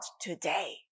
today